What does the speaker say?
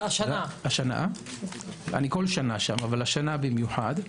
אני נמצא שם בכל שנה אבל השנה במיוחד.